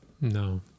No